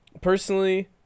Personally